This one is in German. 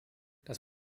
das